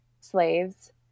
slaves